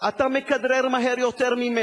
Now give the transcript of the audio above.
אתה מכדרר יותר מהר ממסי,